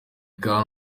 khan